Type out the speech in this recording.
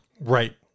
right